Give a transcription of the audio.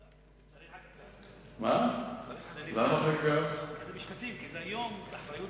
צריך חקיקה כי היום זה באחריות